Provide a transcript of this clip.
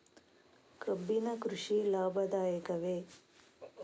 ಕಬ್ಬಿನ ಕೃಷಿ ಲಾಭದಾಯಕವೇ?